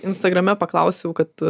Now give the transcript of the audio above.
instagrame paklausiau kad